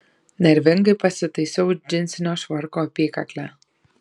nervingai pasitaisiau džinsinio švarko apykaklę